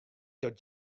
dat